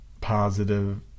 positive